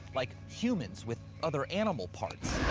like humans with other animal parts.